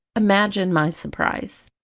imagine my surprise!